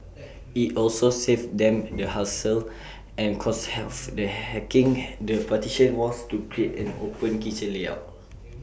IT also saves them the hassle and cost of hacking the partition walls to create an open kitchen layout